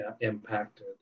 impacted